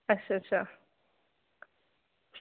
अच्छा अच्छा